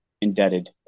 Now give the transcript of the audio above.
indebted